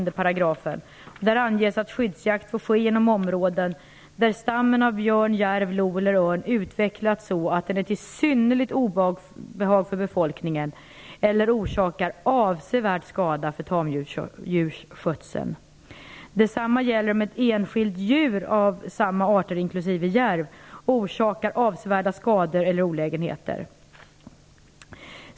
Där anges att skyddsjakt får ske inom områden där stammen av björn, järv, lo eller örn utvecklats så att den är till synnerligt obehag för befolkningen eller orsakar avsevärd skada för tamdjursskötseln. Detsamma gäller om ett enskilt djur av samma arter inklusive järv orsakar avsevärda skador eller olägenheter.